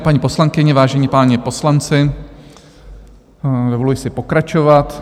Vážené paní poslankyně, vážení páni poslanci, dovoluji si pokračovat.